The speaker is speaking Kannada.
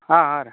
ಹಾಂ ಹಾಂ ರೀ